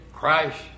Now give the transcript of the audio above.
Christ